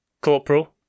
Corporal